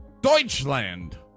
Deutschland